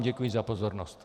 Děkuji vám za pozornost.